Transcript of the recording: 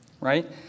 right